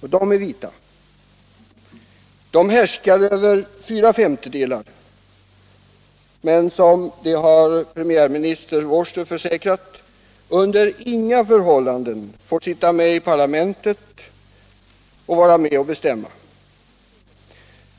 Den delen består av vita. De härskar över fyra femtedelar som, det har premiärminister Vorster försäkrat, under inga förhållanden får sitta med i parlamentet och vara med och bestämma.